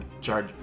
charge-